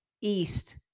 East